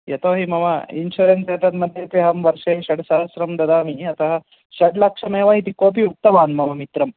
यतोहि मम इन्शुरेन्स् एतद् मध्येपि अहं वर्षे षड्सहस्रं ददामि अतः षड्लक्षमेव इति कोपि उक्तवान् मम मित्रः